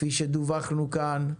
כפי שדווחנו כאן,